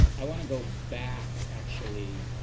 i want to go back actually